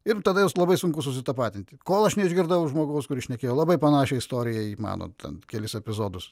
ir tada jau labai sunku susitapatinti kol aš neišgirdau žmogaus kuris šnekėjo labai panašią istoriją į mano ten kelis epizodus